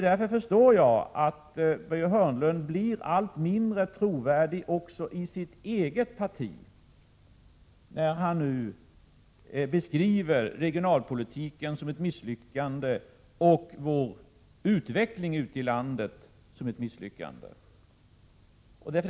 Därför förstår jag att Börje Hörnlund blir allt mindre trovärdig också i sitt eget parti, när han nu beskriver regionalpolitiken och utvecklingen ute i landet som ett misslyckande.